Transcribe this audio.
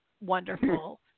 Wonderful